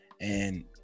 And-